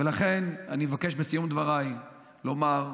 ולכן אני מבקש בסיום דבריי לומר: